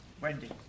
Wendy